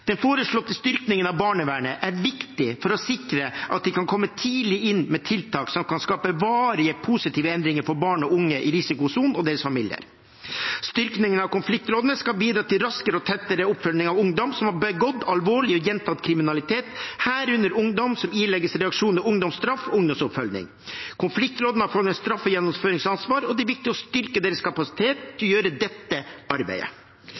Den foreslåtte styrkingen av barnevernet er viktig for å sikre at de kan komme tidlig inn med tiltak som kan skape varige positive endringer for barn og unge i risikosonen og deres familier. Styrkingen av konfliktrådene skal bidra til raskere og tettere oppfølging av ungdom som har begått alvorlig og gjentatt kriminalitet, herunder ungdom som ilegges reaksjonene ungdomsstraff og ungdomsoppfølging. Konfliktrådene har et straffegjennomføringsansvar, og det er viktig å styrke deres kapasitet til å gjøre dette arbeidet.